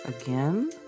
again